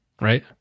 right